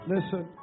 Listen